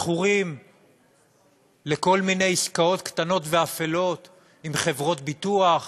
מכורים לכל מיני עסקאות קטנות ואפלות עם חברות ביטוח.